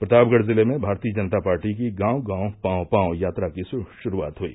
प्रतापगढ़ जिले में भारतीय जनता पार्टी की गांव गांव पांव पांव यात्रा की सुरुआत हुई